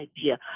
idea